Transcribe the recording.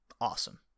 awesome